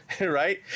right